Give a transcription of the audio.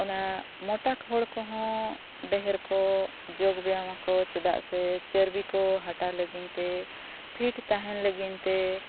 ᱚᱱᱟ ᱢᱚᱴᱟ ᱦᱚᱲ ᱠᱚᱦᱚᱸ ᱰᱷᱮᱨ ᱠᱚ ᱡᱳᱜᱽᱵᱮᱭᱟᱢ ᱟᱠᱚ ᱪᱮᱫᱟᱜ ᱥᱮ ᱪᱟᱹᱨᱵᱤ ᱠᱚ ᱦᱟᱴᱟᱣ ᱞᱟᱹᱜᱤᱫᱼᱛᱮ ᱯᱷᱤᱴ ᱛᱟᱦᱮᱱ ᱞᱟᱹᱜᱤᱫᱼᱛᱮ